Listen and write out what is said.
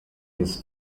jest